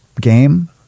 game